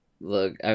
look